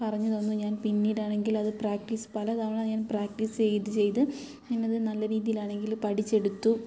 പറഞ്ഞു തന്ന് ഞാൻ പിന്നീടാണെങ്കിൽ അത് പ്രാക്ടീസ് പലതവണ ഞാൻ പ്രാക്ടീസ് ചെയ്ത് ചെയ്ത് പിന്നെ അത് നല്ല രീതിയിലാണെങ്കിൽ പഠിച്ചെടുത്തു